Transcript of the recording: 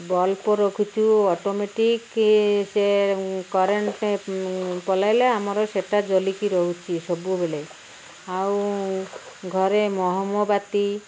bulb ରଖୁଛୁ automatic ସେ current ପଲାଇଲେ ଆମର ସେଇଟା ଜଳିକି ରହୁଛି ସବୁବେଳେ ଆଉ ଘରେ ମହମବତି